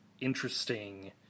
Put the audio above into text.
interesting